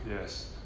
Yes